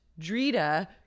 Drita